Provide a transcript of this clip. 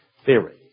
Theory